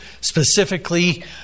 specifically